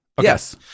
Yes